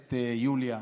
הכנסת יוליה,